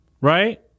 right